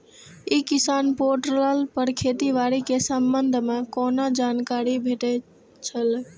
ई किसान पोर्टल पर खेती बाड़ी के संबंध में कोना जानकारी भेटय छल?